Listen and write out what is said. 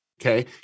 Okay